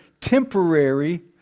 temporary